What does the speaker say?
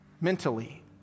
Mentally